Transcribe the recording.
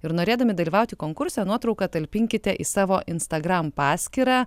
ir norėdami dalyvauti konkurse nuotrauką talpinkite į savo instagram paskyrą